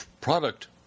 product